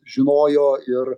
žinojo ir